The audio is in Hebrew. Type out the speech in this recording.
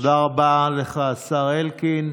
תודה רבה לך, השר אלקין.